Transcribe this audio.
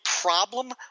problem